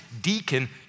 deacon